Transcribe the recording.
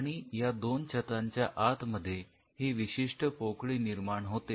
आणि या दोन छतांच्या आत मध्ये ही विशिष्ट पोकळी निर्माण होते